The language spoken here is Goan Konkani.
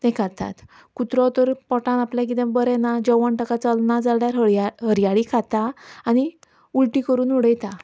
तें खातात कुत्रो तर पोठांत आपल्या कितें बरें ना जेवण ताका चलना जाल्यार हरयाळी हरयाळी खाता आनी उलटी करून उडयता